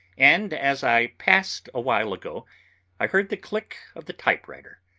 and as i passed a while ago i heard the click of the typewriter.